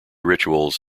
rituals